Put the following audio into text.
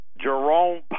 Jerome